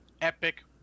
epic